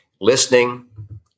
listening